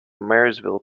marysville